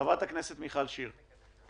חברת הכנסת מיכל שיר, בבקשה.